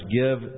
give